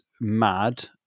mad